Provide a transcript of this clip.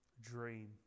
dream